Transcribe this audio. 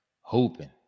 hoping